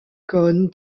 cône